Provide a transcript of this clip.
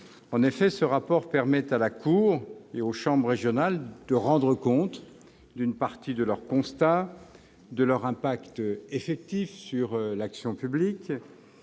En effet, ce rapport permet à la Cour et aux chambres régionales de rendre compte d'une partie de leurs constats, de leur incidence effective sur l'action publique